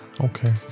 Okay